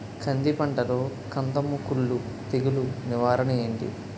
కంది పంటలో కందము కుల్లు తెగులు నివారణ ఏంటి?